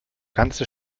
ganze